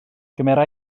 gymera